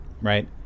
right